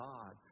God